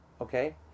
okay